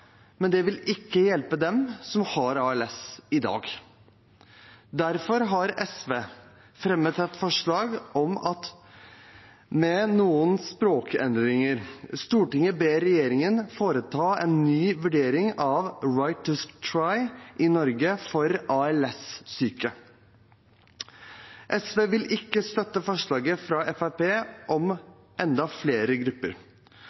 men det vil ikke hjelpe dem som har ALS i dag. Derfor har SV fremmet et forslag – med noen språkendringer – om at Stortinget ber regjeringen foreta en ny vurdering av å innføre «right to try» i Norge for ALS-syke. SV vil ikke støtte forslaget fra Fremskrittspartiet om enda flere grupper,